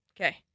Okay